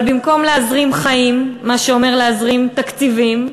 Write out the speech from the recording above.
אבל במקום להזרים חיים, מה שאומר להזרים תקציבים,